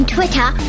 Twitter